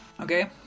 Okay